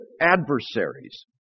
adversaries